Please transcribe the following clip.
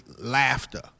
Laughter